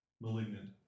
malignant